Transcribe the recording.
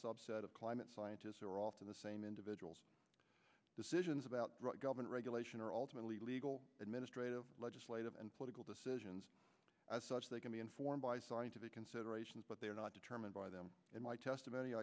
subset of climate scientists who are often the same individuals decisions about government regulation are ultimately legal administrative legislative and political decisions as such they can be informed by scientific considerations but they are not determined by them in my testimony